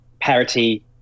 parity